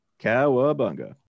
Cowabunga